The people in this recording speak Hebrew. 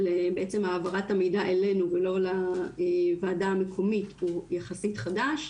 בעצם העברת המידע אלינו ולא לוועדה המקומית הוא יחסית חדש.